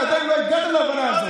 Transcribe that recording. לא העניין לצעוק, עודד.